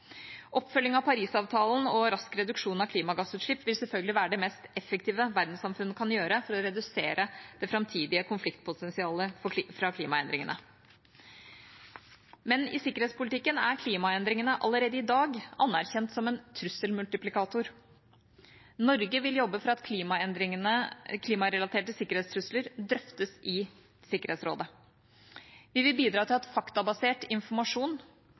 Oppfølging av Parisavtalen og rask reduksjon av klimagassutslipp vil selvfølgelig være det mest effektive verdenssamfunnet kan gjøre for å redusere det framtidige konfliktpotensialet fra klimaendringene. Men i sikkerhetspolitikken er klimaendringene allerede i dag anerkjent som en «trusselmultiplikator». Norge vil jobbe for at klimarelaterte sikkerhetstrusler drøftes i Sikkerhetsrådet. Vi vil bidra til at faktabasert informasjon